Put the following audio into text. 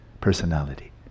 personality